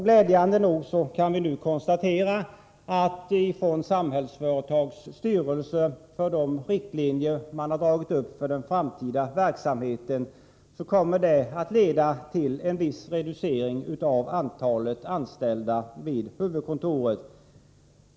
Glädjande nog kan vi nu också konstatera att riktlinjerna från Samhällsföretags styrelse för den framtida verksamheten innebär en viss reducering av antalet anställda vid huvudkontoret.